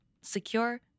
secure